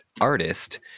artist